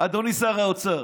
אדוני שר האוצר,